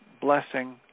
blessing